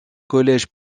collège